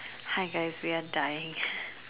hi guys we are dying